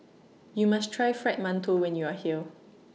YOU must Try Fried mantou when YOU Are here